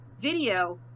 video